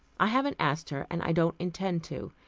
i haven't asked her, and i don't intend to.